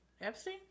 Epstein